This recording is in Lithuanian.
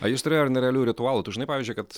a jis turėjo ir nerealių ritualų tu žinai pavyzdžiui kad